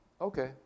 Okay